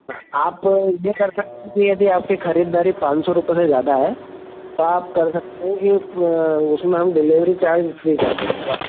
आप यह कर सकते हैं कि यदि आपकी खरीददारी पाँच सौ रुपये से ज़्यादा है तो आप कर सकते हैं कि उसमें डिलेवरी चार्ज फ्री कर देंगे सर हम